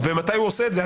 מתי הוא עושה את זה.